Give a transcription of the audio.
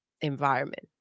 environment